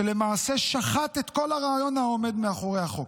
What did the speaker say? שלמעשה שחט את כל הרעיון העומד מאחורי החוק.